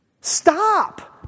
Stop